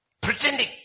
Pretending